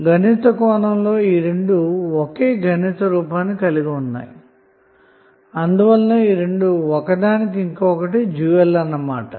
గణిత కోణంలో రెండూ ఒకే గణిత రూపాన్ని కలిగి ఉండుట వలన ఒకదానికి ఇంకొకటి డ్యూయల్ అని చెప్పవచ్చు